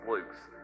Luke's